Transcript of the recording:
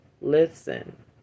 Listen